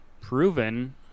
proven